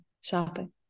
Shopping